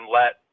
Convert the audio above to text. let